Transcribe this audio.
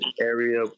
area